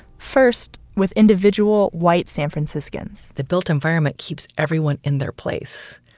first with individual white san franciscans the built environment keeps everyone in their place.